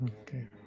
Okay